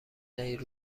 دهید